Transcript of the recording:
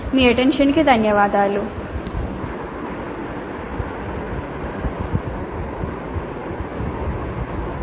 మీ దృష్టికి ధన్యవాదాలు మరియు దీనితో మేము ఈ యూనిట్ను ముగించాము